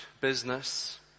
business